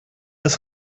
ist